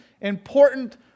important